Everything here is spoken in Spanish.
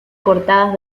portadas